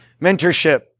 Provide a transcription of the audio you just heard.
mentorship